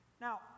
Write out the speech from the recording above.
Now